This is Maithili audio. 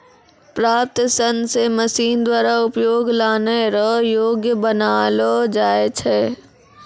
प्राप्त सन से मशीन द्वारा उपयोग लानै रो योग्य बनालो जाय छै